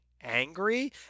angry